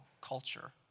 culture